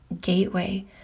Gateway